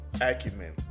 acumen